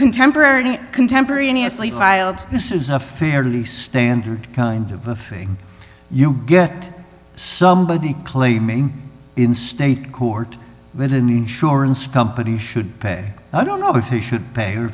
contemporary contemporaneously this is a fairly standard kind of thing you get somebody claiming in state court when an insurance company should pay i don't know if you should pay or